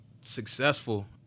successful